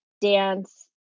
dance